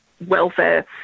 welfare